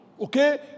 okay